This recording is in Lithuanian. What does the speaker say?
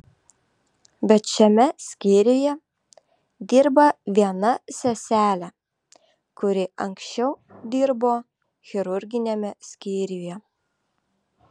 bet šiame skyriuje dirba viena seselė kuri anksčiau dirbo chirurginiame skyriuje